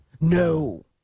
No